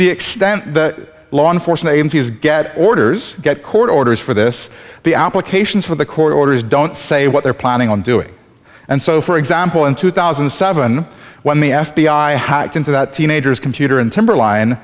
the extent that law enforcement agencies get orders get court orders for this the applications for the court orders don't say what they're planning on doing and so for example in two thousand and seven when the f b i hacked into that teenager's computer and timberline